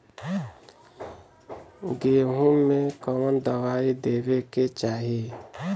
गेहूँ मे कवन दवाई देवे के चाही?